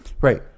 Right